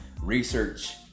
research